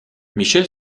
michel